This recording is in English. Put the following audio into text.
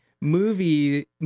Movie